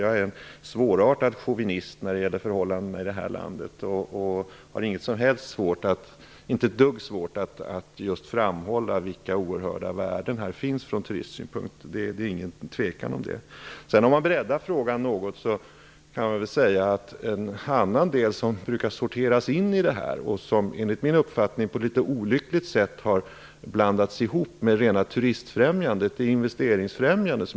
Jag är en chauvinist när det gäller förhållandena i det här landet. Jag har inte ett dugg svårt att framhålla vilka oerhörda värden som finns här, sett från turistsynpunkt. Man kan bredda frågan något. En annan del som brukar sorteras in i det här - och som på ett litet olyckligt sätt har blandats ihop med det rena turistfrämjandet - är investeringsfrämjandet.